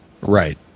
Right